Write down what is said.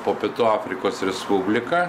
po pietų afrikos respubliką